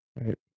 right